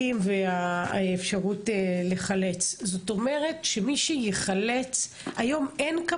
ראיתי את זה בתאונות הדרכים ועכשיו אני רואה שאין אף כבאי.